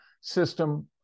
system